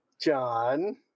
John